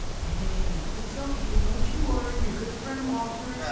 hey, it's okay. don't you worry, your good friend walter yeah